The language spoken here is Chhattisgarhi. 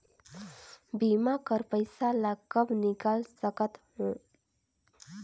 बीमा कर पइसा ला कब निकाल सकत हो?